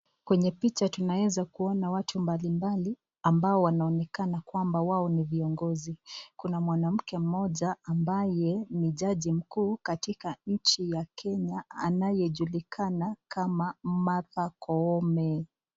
Kwenye picha tunaweza kuona watu mbalimbali ambao wanaonekana kwamba wao ni viongozi . Kuna mwanamke moja ambaye ni jaji mkuu katika nchi ya Kenya, anayejulikana kama Martha Koome .